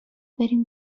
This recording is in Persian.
بریم